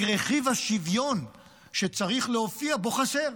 רק רכיב השוויון שצריך להופיע בו חסר.